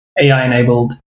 AI-enabled